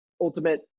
ultimate